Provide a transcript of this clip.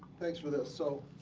thanks for this. so